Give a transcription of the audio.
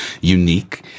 unique